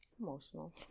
emotional